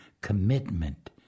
commitment